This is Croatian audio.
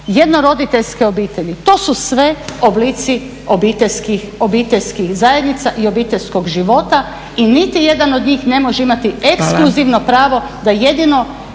jednoroditeljske obitelji, to su sve oblici obiteljskih zajednica i obiteljskog života i niti jedan od njih ne može imati ekskluzivno pravo da jedino